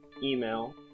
email